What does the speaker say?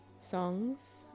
songs